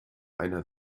einer